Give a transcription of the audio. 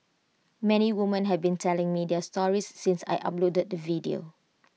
many women have been telling me their stories since I uploaded the video